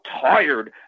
tired